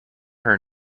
her